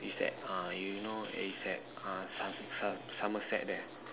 is at ah you know is at uh so~ so~ Somerset there